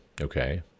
Okay